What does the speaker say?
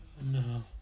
No